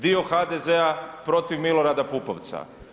Dio HDZ-a protiv Milorada Pupovca.